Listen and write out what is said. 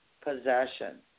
possession